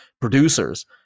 producers